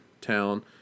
town